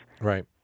Right